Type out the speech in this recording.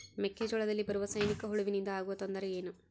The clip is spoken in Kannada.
ಮೆಕ್ಕೆಜೋಳದಲ್ಲಿ ಬರುವ ಸೈನಿಕಹುಳುವಿನಿಂದ ಆಗುವ ತೊಂದರೆ ಏನು?